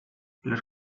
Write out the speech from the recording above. los